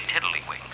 tiddlywinks